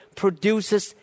produces